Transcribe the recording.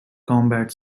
combat